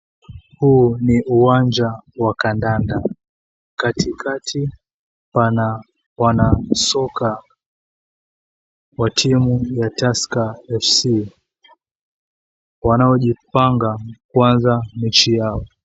Huu ni uwanja wa kandanda. Katikati pana wanasoka wa timu ya Tusker FC, wanaojipanga kuanza mechi yao.